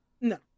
No